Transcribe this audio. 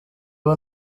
ubu